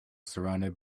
surrounded